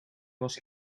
was